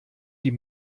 die